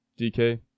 DK